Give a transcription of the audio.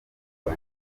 rwa